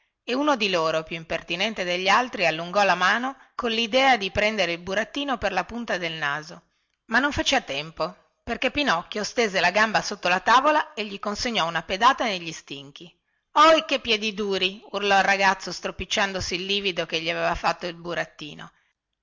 e uno di loro più impertinente degli altri allungò la mano collidea di prendere il burattino per la punta del naso ma non fece a tempo perché pinocchio stese la gamba sotto la tavola e gli consegnò una pedata negli stinchi ohi che piedi duri urlò il ragazzo stropicciandosi il livido che gli aveva fatto il burattino